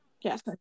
Yes